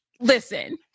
listen